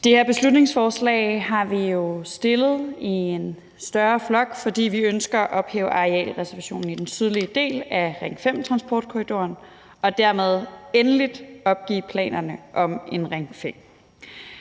Det her beslutningsforslag har vi jo fremsat i en større flok, fordi vi ønsker at ophæve arealreservationen i den sydlige del af Ring 5-transportkorridoren og dermed endeligt opgive planerne om en Ring 5.